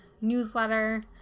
newsletter